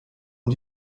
und